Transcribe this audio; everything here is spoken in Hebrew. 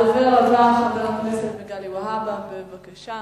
הדובר הבא, חבר הכנסת מגלי והבה, בבקשה.